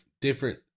different